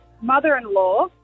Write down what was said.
mother-in-law